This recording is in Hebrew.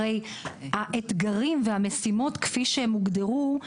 האתגרים והמשימות כפי שהם הוגדרו,